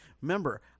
Remember